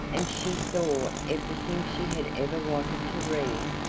and she saw everything she had ever wanted to read,